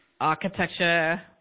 Architecture